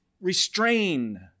restrain